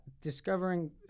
discovering—